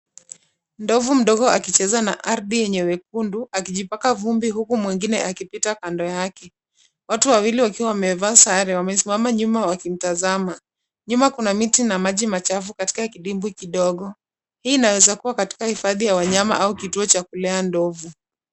Ndovu mdogo akicheza na ardhi yenye wekundu akijipaka vumbi huku mwingine akipita kando yake. Watu wawili wakiwa wamevaa sare wamesimama nyuma wakimtazama. Nyuma kuna miti na maji machafu katika kidimbwi kidogo. Hii inaeza kuwa katika hifadhi ya wanyama au kituo cha kulea ndovu.